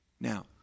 Now